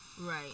right